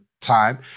time